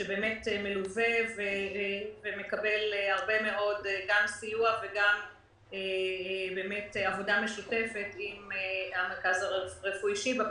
שמלווה ומקבל הרבה מאוד סיוע ועבודה משותפת עם המרכז הרפואי שיבא,